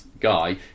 guy